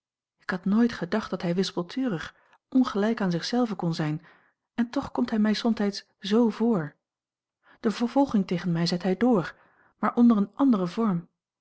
ik had nooit gedacht dat hij wispelturig ongelijk aan zich zelven kon zijn en toch komt hij mij somtijds z voor de vervolging tegen mij zet hij door maar onder een anderen vorm